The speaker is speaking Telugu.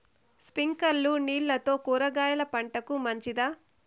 స్ప్రింక్లర్లు నీళ్లతో కూరగాయల పంటకు మంచిదా?